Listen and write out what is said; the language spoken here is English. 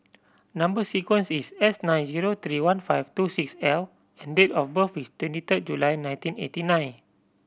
number sequence is S nine zero three one five two six L and date of birth is twenty third July nineteen eighty nine